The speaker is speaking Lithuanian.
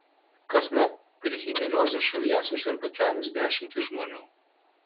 kasmet trichinelioze šalyje suserga kelios dešimtys žmonių